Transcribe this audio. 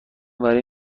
وری